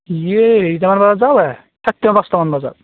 ইয়ে হেৰিটামান বাজাত যাওঁ এ চাৰিটা পাঁচটা মান বজাত